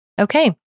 Okay